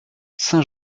saint